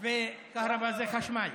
כהרבאא זה חשמל,